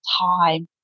time